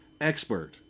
expert